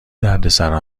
دردسرا